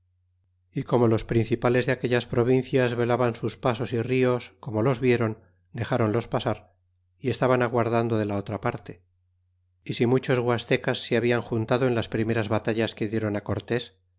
y como los principales de aquellas provincias velaban sus pasos y nos como los vieron dexronlos pasar y estaban aguardando de la otra parte y si mucho guastecas se hablan juntado en las primeras batallas que dieron